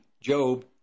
Job